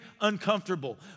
uncomfortable